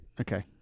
Okay